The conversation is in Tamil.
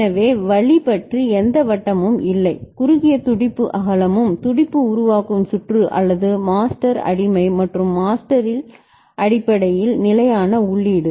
எனவே வழி பற்றி எந்த வட்டமும் இல்லை குறுகிய துடிப்பு அகலமும் துடிப்பு உருவாக்கும் சுற்று அல்லது மாஸ்டர் அடிமை மற்றும் மாஸ்டரில் அடிப்படையில் நிலையான உள்ளீடு